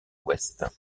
ouest